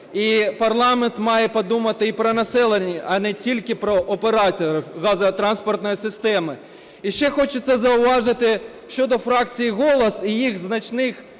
І парламент має подумати і про населення, а не тільки про операторів газотранспортної системи. І ще хочеться зауважити щодо фракції "Голос" і їх значних